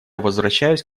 возвращаюсь